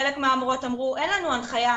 חלק מהמורות אמרו 'אין לנו הנחיה,